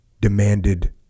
demanded